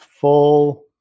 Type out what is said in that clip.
full